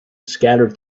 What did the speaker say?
scattered